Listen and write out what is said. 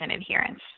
adherence